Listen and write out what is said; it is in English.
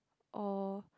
or